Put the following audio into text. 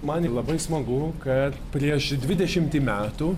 man labai smagu kad prieš dvidešimtį metų